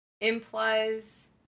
implies